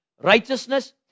righteousness